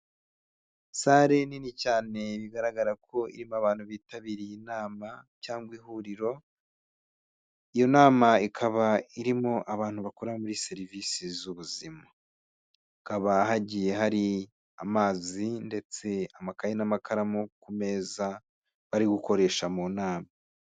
Sale nini cyane bigaragara ko irimo abantu bitabiriye inama cyangwa ihuriro. Iyo nama ikaba irimo abantu bakora muri serivisi z'ubuzima. Hakaba hagiye hari amazi ndetse amakaye n'amakaramu ku meza bari gukoresha mu nama.